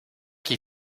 qui